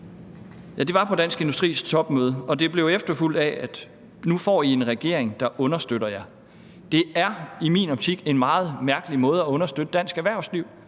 det var på Dansk Industris topmøde, og det blev efterfulgt af ordene: Nu får I en regering, der understøtter jer. Det er i min optik en meget mærkelig måde at understøtte dansk erhvervsliv